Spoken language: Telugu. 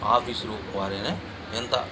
ఆఫీసులో వారైనా ఎంత